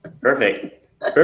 perfect